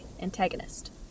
antagonist